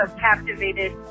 captivated